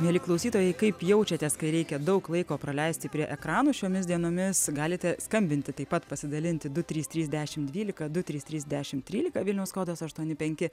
mieli klausytojai kaip jaučiatės kai reikia daug laiko praleisti prie ekranų šiomis dienomis galite skambinti taip pat pasidalinti du trys trys dešimt dvylika du trys trys dešimt trylika vilniaus kodas aštuoni penki